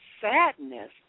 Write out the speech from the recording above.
sadness